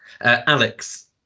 Alex